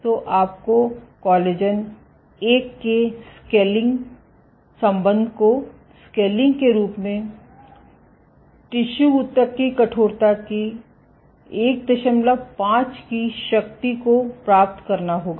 तो आपको कोलेजन 1 के स्केलिंग संबंध को स्केलिंग के रूप में टिशू ऊतक की कठोरता की 15 की शक्ति को प्राप्त करना होगा